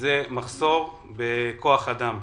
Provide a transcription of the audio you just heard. זה מחסור בכוח אדם.